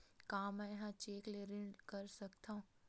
का मैं ह चेक ले ऋण कर सकथव?